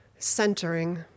Centering